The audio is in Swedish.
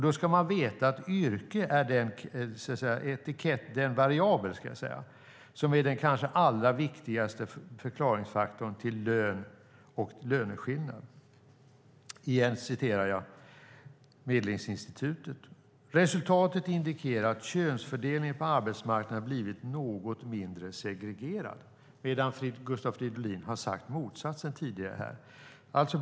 Då ska man veta att yrke är den variabel som kanske är den allra viktigaste förklaringsfaktorn till lön och löneskillnad. Igen citerar jag Medlingsinstitutet: "Resultatet indikerar att könsfördelningen på arbetsmarknaden blivit något mindre segregerad." Gustav Fridolin har hävdat motsatsen här.